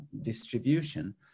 distribution